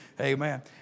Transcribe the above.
Amen